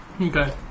Okay